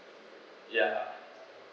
ya